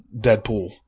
Deadpool